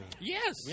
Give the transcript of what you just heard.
Yes